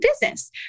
business